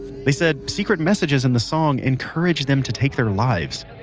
they said secret messages in the song encouraged them to take their lives.